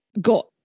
got